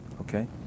okay